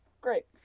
Great